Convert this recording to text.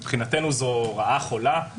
מבחינתנו זו רעה חולה,